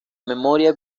memoria